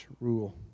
rule